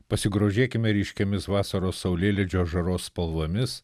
pasigrožėkime ryškiomis vasaros saulėlydžio žaros spalvomis